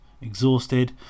exhausted